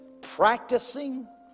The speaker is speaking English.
practicing